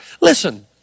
Listen